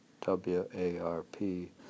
W-A-R-P